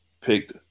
picked